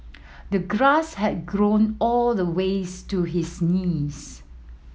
the grass had grown all the ways to his knees